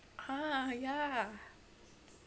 ah ya